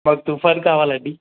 మాకు తుఫాన్ కావాలండి